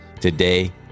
Today